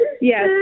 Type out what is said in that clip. Yes